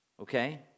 okay